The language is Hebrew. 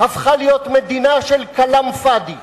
הפכה להיות מדינה של כלאם פאד'י.